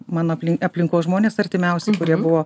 mano aplinkos žmonės artimiausi kurie buvo